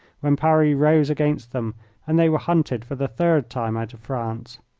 when paris rose against them and they were hunted for the third time out of france.